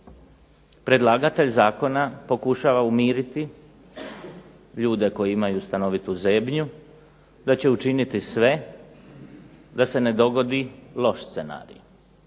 Predlagatelj zakona pokušava umiriti ljude koji imaju stanovitu zebnju da će učiniti sve da se ne dogodi loš scenarij.